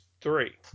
three